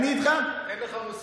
למה אני צריך לשלם לפרופסור שאני רוצה,